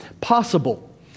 possible